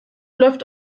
läuft